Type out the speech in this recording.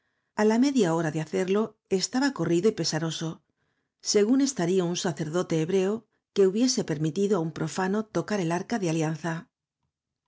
á la media hora de hacerlo estaba c o rrido y pesaroso según estaría un sacerdote hebreo que hubiese permitido á un profano tocar al arca de alianza